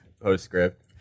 postscript